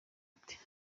ati